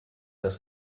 das